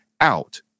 out